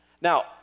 Now